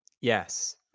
yes